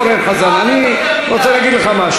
אדוני, אני לא לעומתי.